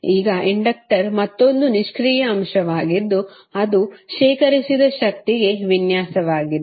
ಈಗ ಇಂಡಕ್ಟರ್ ಮತ್ತೊಂದು ನಿಷ್ಕ್ರಿಯ ಅಂಶವಾಗಿದ್ದು ಅದು ಶೇಖರಿಸಿದ ಶಕ್ತಿಗೆ ವಿನ್ಯಾಸವಾಗಿದೆ